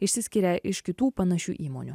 išsiskiria iš kitų panašių įmonių